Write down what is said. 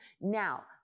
Now